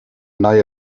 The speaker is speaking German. neue